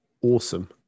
awesome